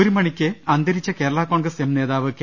ഒരു മണിക്ക് അന്തരിച്ച കേരളാ കോൺഗ്രസ് എം നേതാവ് കെ